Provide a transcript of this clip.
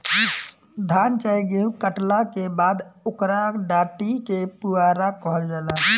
धान चाहे गेहू काटला के बाद ओकरा डाटी के पुआरा कहल जाला